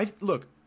Look